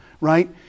right